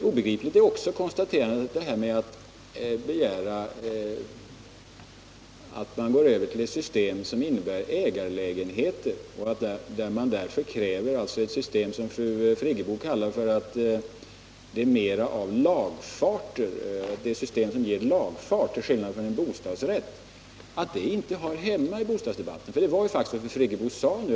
Obegripligt är det också att fru Friggebo anser att kravet på övergång till ett system som innebär ägarlägenheter — dvs. att man kräver ett system som fru Friggebo säger skulle ge lagfart till skillnad mot system med bara bostadsrätt — inte hör hemma i bostadsdebatten. Det var faktiskt vad fru Friggebo sade nyss.